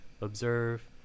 observe